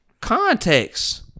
context